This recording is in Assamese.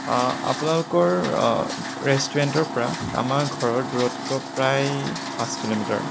আপোনালোকৰ ৰেষ্টোৰেণ্টৰ পৰা আমাৰ ঘৰৰ দূৰত্ব প্ৰায় পাঁচ কিলোমিটাৰ